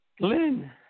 Lynn